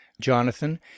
Jonathan